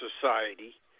Society